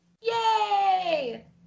Yay